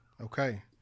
Okay